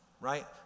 right